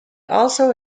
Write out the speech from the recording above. also